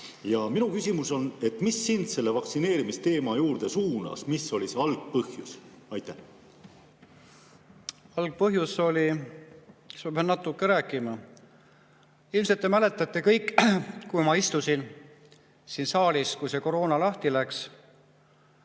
Minu küsimus on, et mis sind selle vaktsineerimisteema juurde suunas, mis oli see algpõhjus. Ma pean natuke sellest rääkima. Ilmselt te mäletate kõik, kui ma istusin siin saalis, kui see koroona lahti läks,